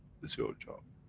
it's your job,